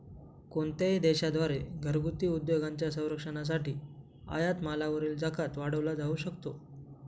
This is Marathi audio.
कोणत्याही देशा द्वारे घरगुती उद्योगांच्या संरक्षणासाठी आयात मालावरील जकात वाढवला जाऊ शकतो